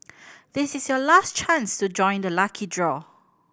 this is your last chance to join the lucky draw